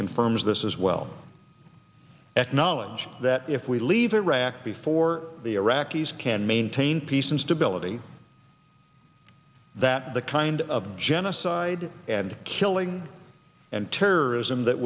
confirms this as well acknowledge that if we leave iraq before the iraqis can maintain peace and stability that the kind of genocide and killing and terrorism that